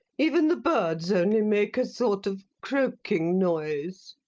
even the birds only make a sort of croaking noise.